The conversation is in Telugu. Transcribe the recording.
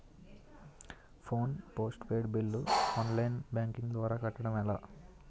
Phone postpaid bill online banking ద్వారా కట్టడం ఎలా?